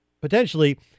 potentially